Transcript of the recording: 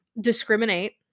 Discriminate